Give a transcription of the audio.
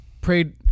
prayed